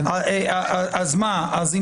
אני